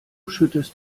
schüttest